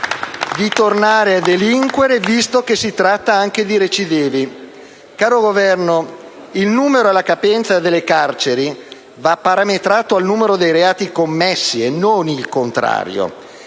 di tornare a delinquere, visto che si tratta anche di recidivi. Caro Governo, il numero e la capienza delle carceri vanno parametrati al numero dei reati commessi e non il contrario.